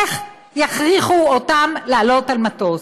איך יכריחו אותם לעלות על מטוס?